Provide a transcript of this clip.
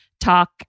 talk